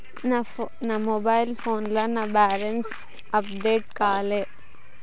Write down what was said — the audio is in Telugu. నా మొబైల్ యాప్లో నా బ్యాలెన్స్ అప్డేట్ కాలే